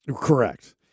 Correct